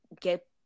get